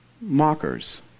mockers